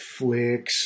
Netflix